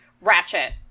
Ratchet